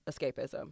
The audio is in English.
escapism